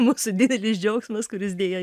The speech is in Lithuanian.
mūsų didelis džiaugsmas kuris deja